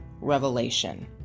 revelation